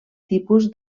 tipus